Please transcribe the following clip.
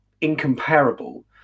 incomparable